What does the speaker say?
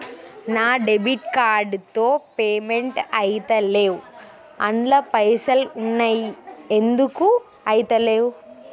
నా debit card తో payment ఐతలేవ్ అండ్ల పైసల్ ఉన్నయి ఎందుకు ఐతలేవ్?